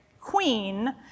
queen